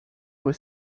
was